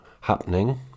happening